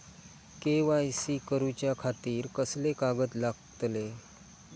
KYC करूच्या खातिर कसले कागद लागतले?